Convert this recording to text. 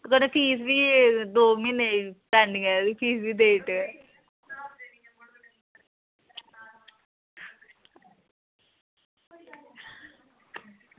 कन्नै दौ म्हीनै दी फीस ऐ एह्दी पैंडिग ते फीस बी देई ओड़ेओ